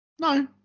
No